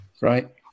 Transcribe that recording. right